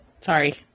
Sorry